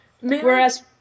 whereas